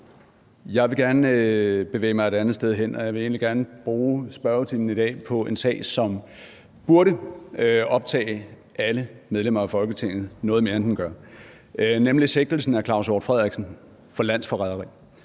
Jeg vil gerne bevæge mig et andet sted hen, og jeg vil egentlig gerne bruge spørgetimen i dag på en sag, som burde optage alle medlemmer af Folketinget noget mere, end den gør, nemlig sigtelsen af Claus Hjort Frederiksen for landsforræderi